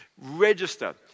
register